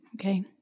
Okay